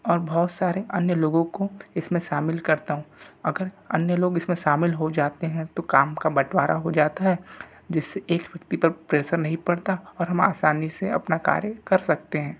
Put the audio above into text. और बहुत सारे अन्य लोगों को इसमें शामिल करता हूँ अगर अन्य लोग इसमें शामिल हो जाते हैं तो काम का बंटवारा हो जाता है जिससे एक व्यक्ति पर प्रेशर नहीं पढ़ता और हम आसानी से अपना कार्य कर सकते हैं